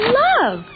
love